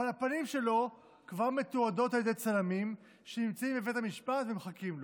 אבל הפנים שלו כבר מתועדות על ידי צלמים שנמצאים בבית המשפט ומחכים לו.